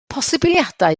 posibiliadau